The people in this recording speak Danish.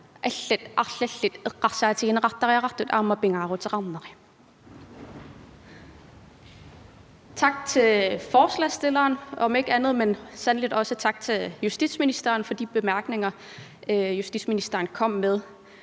Tak til forslagsstilleren om ikke andet, men sandelig også tak til justitsministeren for de bemærkninger,